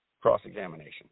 cross-examination